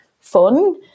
fun